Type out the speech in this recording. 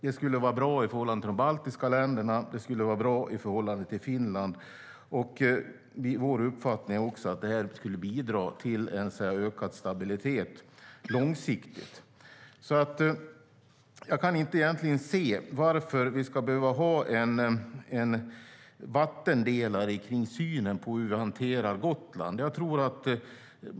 Det skulle vara bra i förhållande till de baltiska länderna, och det skulle vara bra i förhållande till Finland. Vår uppfattning är också att det skulle bidra till ökad långsiktig stabilitet. Jag kan egentligen inte se varför vi ska behöva ha en vattendelare kring synen på hur vi hanterar Gotland.